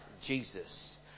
Jesus